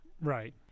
Right